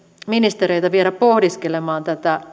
ministereitä vielä pohdiskelemaan